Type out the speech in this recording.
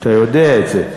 אתה יודע את זה.